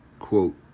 Quote